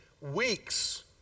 weeks